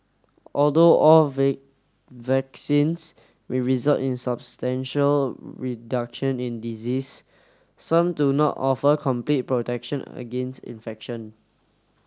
although all vaccines may result in substantial reduction in disease some do not offer complete protection against infection